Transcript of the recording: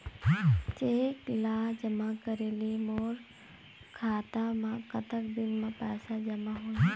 Cheque ला जमा करे ले मोर खाता मा कतक दिन मा पैसा जमा होही?